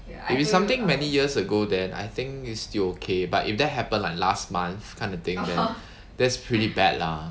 if it's something many years ago then I think is still okay but if that happened like last month kind of thing then that's pretty bad lah